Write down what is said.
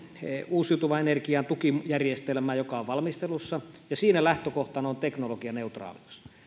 uusiutuvan energian tukijärjestelmään joka on valmistelussa ja siinä lähtökohtana on teknologianeutraalius